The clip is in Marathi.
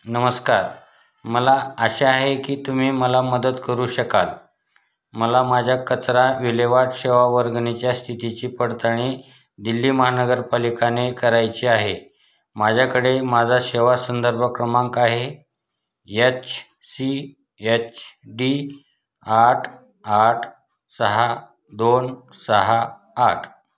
नमस्कार मला आशा आहे की तुम्ही मला मदत करू शकाल मला माझ्या कचरा विल्हेवाट सेवा वर्गणीच्या स्थितीची पडताळणी दिल्ली महानगरपालिकाने करायची आहे माझ्याकडे माझा सेवा संदर्भ क्रमांक आहे एच सी एच डी आठ आठ सहा दोन सहा आठ